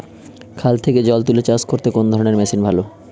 খাল থেকে জল তুলে চাষ করতে কোন ধরনের মেশিন ভালো?